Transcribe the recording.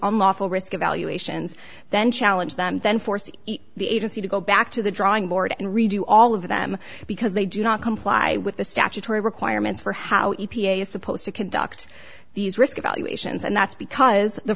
on lawful risk evaluations then challenge them then force the agency to go back to the drawing board and redo all of them because they do not comply with the statutory requirements for how e p a is supposed to conduct these risk evaluations and that's because the